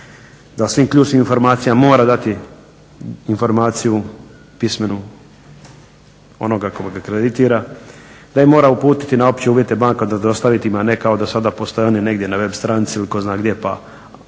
Da o svim ključnim informacijama mora dati informaciju pismenu onoga koga kreditira. Da im mora uputiti na opće uvjete banka dostaviti im a ne kao da sada postoje one negdje na web stranici ili tko zna gdje, pa piše